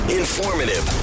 informative